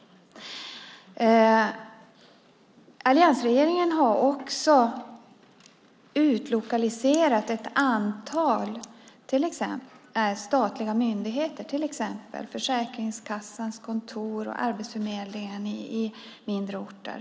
Alliansregeringen har också utlokaliserat ett antal statliga myndigheter, till exempel Försäkringskassans kontor och Arbetsförmedlingen, till mindre orter.